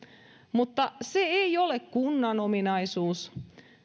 mutta se ei ole kunnan ominaisuus